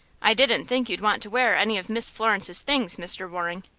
i didn't think you'd want to wear any of miss florence's things, mr. waring.